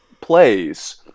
plays